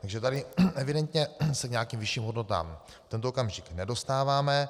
Takže tady evidentně se k nějakým vyšším hodnotám v tento okamžik nedostáváme.